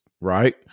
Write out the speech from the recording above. right